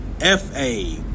F-A